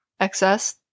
XS